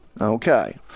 okay